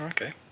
Okay